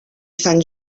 sant